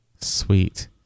Sweet